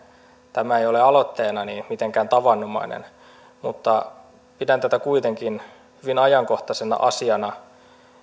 tämä ei ole aloitteena mitenkään tavanomainen mutta pidän tätä kuitenkin hyvin ajankohtaisena asiana